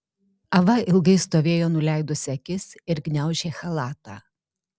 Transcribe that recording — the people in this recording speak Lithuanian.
ava ilgai stovėjo nuleidusi akis ir gniaužė chalatą